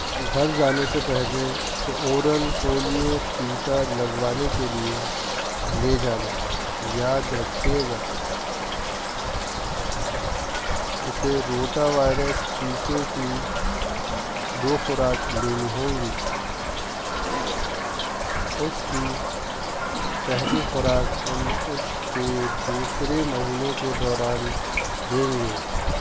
گھر جانے سے پہلے اسے اورل پولیو ٹیکہ لگوانے کے لیے لے جانا یاد رکھیے گا اسے روٹا وائرس ٹیکے کی دو خوراک لینی ہوں گی اس کی پہلی خوراک ہم اس کے دوسرے مہینے کے دوران دیں گے